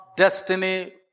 Destiny